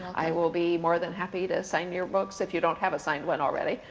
i will be more than happy to sign your books, if you don't have a signed one already.